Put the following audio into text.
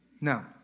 No